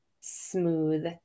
smooth